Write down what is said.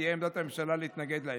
תהיה עמדת הממשלה להתנגד להן.